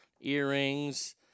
Earrings